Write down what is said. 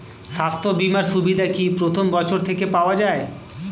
স্বাস্থ্য বীমার সুবিধা কি প্রথম বছর থেকে পাওয়া যায়?